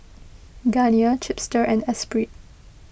Garnier Chipster and Espirit